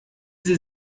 sie